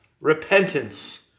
repentance